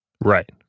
right